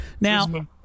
now